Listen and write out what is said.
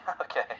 Okay